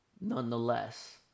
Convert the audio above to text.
Nonetheless